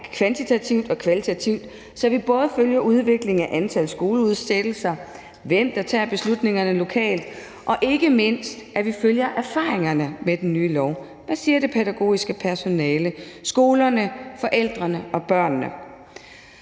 kvantitativt og kvalitativt, så vi både følger udviklingen i antal skoleudsættelser og i, hvem der tager beslutningerne lokalt, og ikke mindst følger erfaringerne med den nye lov: Hvad siger det pædagogiske personale, skolerne, forældrene og børnene?